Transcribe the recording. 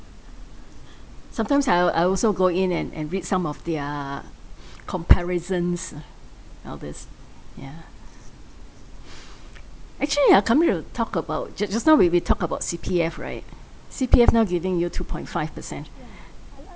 sometimes how I al~also go in and and read some of their comparisons ah all these ya actually ya coming to talk about ju~ just now we we talk about C_P_F right C_P_F now giving you two point five percent